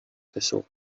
echo